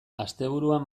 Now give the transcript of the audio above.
asteburuan